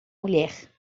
mulher